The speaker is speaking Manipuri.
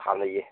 ꯊꯥꯅꯩꯌꯦ